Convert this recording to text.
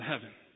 heaven